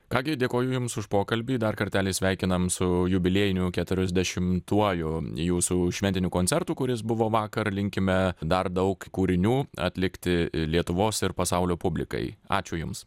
ką gi dėkoju jums už pokalbį dar kartelį sveikinam su jubiliejiniu keturiasdešimtuoju jūsų šventiniu koncertu kuris buvo vakar linkime dar daug kūrinių atlikti lietuvos ir pasaulio publikai ačiū jums